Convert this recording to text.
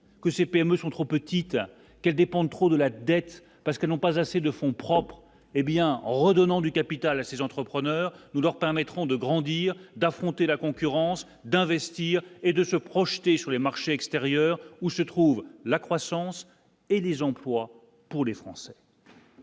que ces PME sont trop petites, qu'elles dépendent trop de la dette parce qu'elles n'ont pas assez de fonds propres et bien redonnant du capital ces entrepreneurs nous leur permettrons de grandir, d'affronter la concurrence d'investir et de se projeter sur les marchés extérieurs, où se trouve la croissance et les emplois pour les Français.